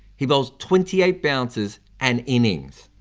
he bowls twenty eight bouncers an innings!